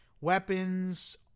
weapons